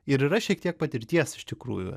ir yra šiek tiek patirties iš tikrųjų